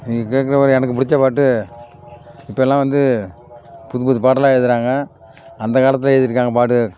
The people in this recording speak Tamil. நீங்கள் கேட்குற மாதிரி எனக்கு பிடிச்ச பாட்டு இப்பெல்லாம் வந்து புது புது பாட்டெல்லாம் எழுதுகிறாங்க அந்த காலத்தில் எழுதியிருக்காங்க பாட்டு